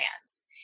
brands